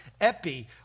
epi